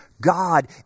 God